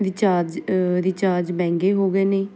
recharge ਮਹਿੰਗੇ ਹੋ ਗਏ ਨੇ